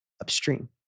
upstream